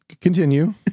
continue